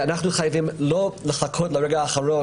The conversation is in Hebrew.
אנחנו חייבים לא לחכות לרגע האחרון,